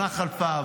שנה חלפה,